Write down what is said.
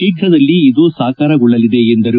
ಶೀಘದಲ್ಲಿ ಇದು ಸಾಕಾರಗೊಳ್ಳಲಿದೆ ಎಂದರು